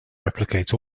replicate